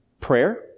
prayer